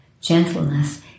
Gentleness